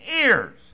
ears